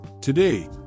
today